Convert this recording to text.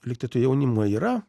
lyg tai to jaunimo yra